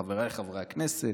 חבריי חברי הכנסת,